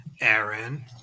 Aaron